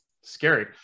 Scary